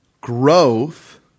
Growth